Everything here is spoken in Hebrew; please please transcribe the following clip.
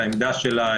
את העמדה שלה,